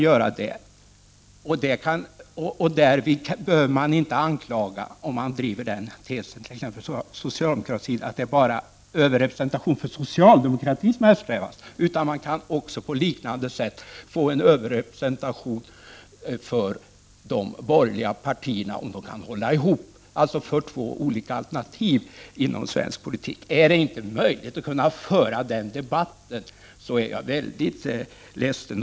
Driver man den tesen behöver man inte utgå från att det bara är överrepresentation för socialdemokratin som eftersträvas. Man kan på liknande sätt få en överrepresentation för de borgerliga partierna, om de kan hålla ihop. Det gäller alltså två olika alternativ inom svensk politik. Är det inte möjligt att föra en sådan debatt blir jag mycket ledsen.